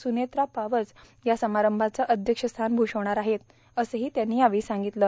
सुनेत्रा पाब्हज या समारंभाचं अध्यक्षस्थान भूषवणार आहेत असंही त्यांनी यावेळी सांगितलं